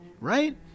right